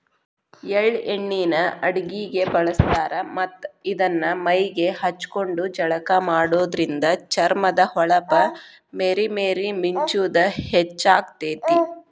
ಎಳ್ಳ ಎಣ್ಣಿನ ಅಡಗಿಗೆ ಬಳಸ್ತಾರ ಮತ್ತ್ ಇದನ್ನ ಮೈಗೆ ಹಚ್ಕೊಂಡು ಜಳಕ ಮಾಡೋದ್ರಿಂದ ಚರ್ಮದ ಹೊಳಪ ಮೇರಿ ಮೇರಿ ಮಿಂಚುದ ಹೆಚ್ಚಾಗ್ತೇತಿ